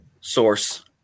source